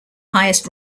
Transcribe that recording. highest